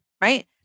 right